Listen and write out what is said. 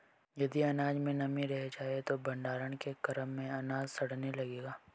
यदि अनाज में नमी रह जाए तो भण्डारण के क्रम में अनाज सड़ने लगेगा